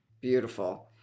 Beautiful